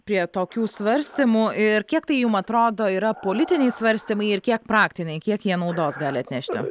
prie tokių svarstymų ir kiek tai jum atrodo yra politiniai svarstymai ir kiek praktiniai kiek jie naudos gali atnešti